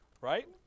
right